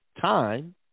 time